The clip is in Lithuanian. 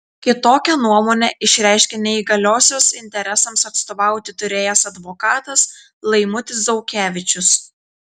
kitokią nuomonę išreiškė neįgaliosios interesams atstovauti turėjęs advokatas laimutis zaukevičius